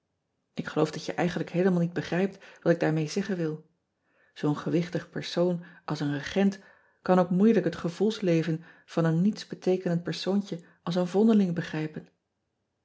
k geloof dat je eigenlijk heelemaal niet begrijpt wat ik daarmee zeggen wil oo n gewichtig persoon als een regent kan ook moeilijk het gevoelsleven van een niets beteekenend persoontje als een vondeling begrijpen